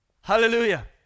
Hallelujah